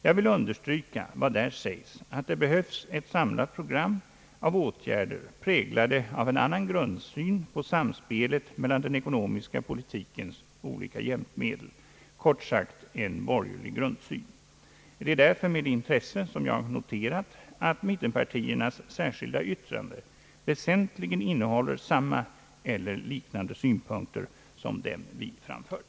Jag vill understryka vad där sägs, att det behövs ett samlat program av åtgärder präglade av en annan grundsyn på samspelet mellan den ekonomiska politikens hjälpmedel — kort sagt en borgerlig grundsyn. Det är därför med intresse som jag noterar att mittenpariiernas särskilda yttrande väsentligen innehåller samma eller liknande synpunkter som dem vi framfört.